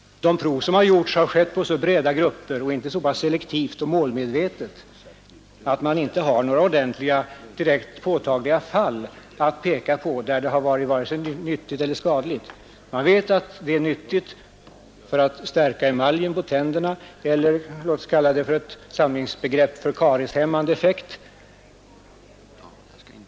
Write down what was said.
De prov som företagits har inte gjorts tillräckligt selektivt och målmedvetet utan på så breda grunder att man inte har några direkt påtagliga fall att peka på där fluoren varit vare sig nyttig eller skadlig för organismen. Man vet att den är nyttig för att stärka emaljen på tänderna — den har för att använda ett samlingsbegrepp — karieshämmande effekt.